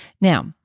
Now